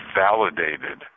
validated